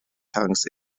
tongues